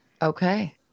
okay